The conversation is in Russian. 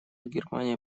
германия